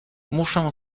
muszę